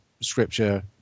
Scripture